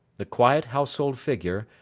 the quiet household figure,